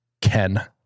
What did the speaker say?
Ken